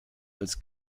als